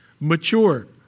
mature